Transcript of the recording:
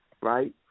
right